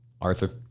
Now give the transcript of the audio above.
Arthur